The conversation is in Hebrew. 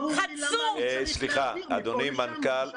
ברור לי למה אני צריך להעביר מפה לשם או משם לפה.